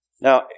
Now